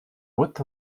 width